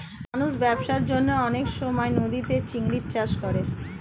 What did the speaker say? মানুষ ব্যবসার জন্যে অনেক সময় নদীতে চিংড়ির চাষ করে